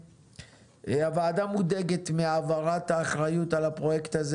הוועדה מודאגת מהעברת האחריות על הפרויקט הזה